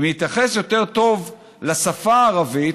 אם נתייחס יותר טוב לשפה הערבית,